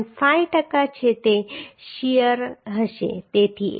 5 ટકા છે તે શીયર હશે તેથી 800 ના 2